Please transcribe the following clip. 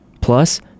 Plus